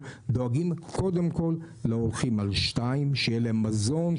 דואגים קודם כל להולכים על שתיים, שיהיה להם מזון.